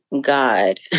God